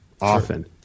often